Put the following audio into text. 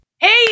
Hey